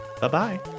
Bye-bye